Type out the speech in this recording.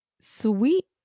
sweet